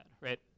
right